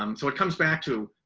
um so, it comes back to